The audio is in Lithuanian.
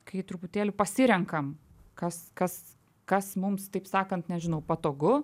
kai truputėlį pasirenkam kas kas kas mums taip sakant nežinau patogu